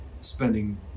spending